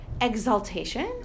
exaltation